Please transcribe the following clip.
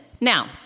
now